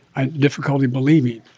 i had difficulty believing.